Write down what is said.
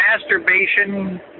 masturbation